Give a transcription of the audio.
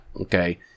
okay